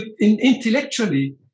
intellectually